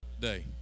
Day